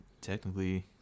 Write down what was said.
technically